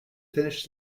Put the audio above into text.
finish